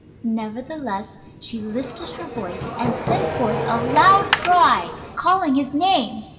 nevertheless she lifted her voice and sent forth a loud cry, calling his name.